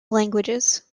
languages